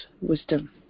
wisdom